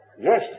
Yes